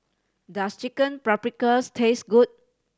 does Chicken Paprikas taste good